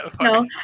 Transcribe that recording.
No